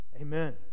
Amen